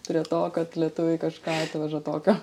prie to kad lietuviai kažką atveža tokio